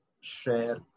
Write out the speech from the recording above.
share